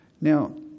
Now